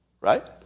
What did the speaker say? Right